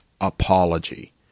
apology